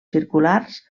circulars